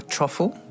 Truffle